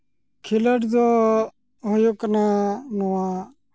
ᱠᱷᱤᱞᱟᱹᱰ ᱫᱚ ᱦᱩᱭᱩᱜ ᱠᱟᱱᱟ ᱱᱚᱣᱟ